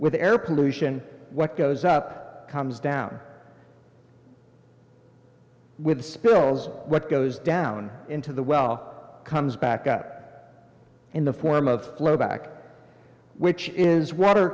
with air pollution what goes up comes down with spills what goes down into the well comes back up in the form of flow back which is water